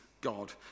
God